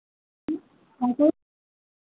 हाँ तो